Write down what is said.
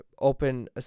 Open